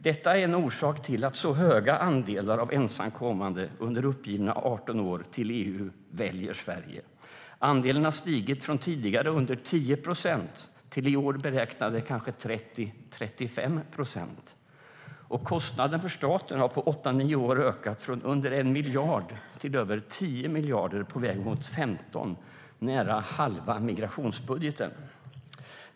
Detta är en orsak till att så höga andelar av de ensamkommande i EU under uppgivna 18 år väljer Sverige. Andelen har stigit från under 10 procent till kanske 30-35 procent, som beräknats för i år. Kostnaden för staten har på åtta nio år ökat från under 1 miljard till över 10 miljarder och är på väg mot 15. Det är nära halva migrationsbudgeten.